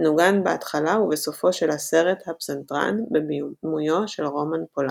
מנוגן בהתחלה ובסופו של הסרט הפסנתרן בבימויו של רומן פולנסקי.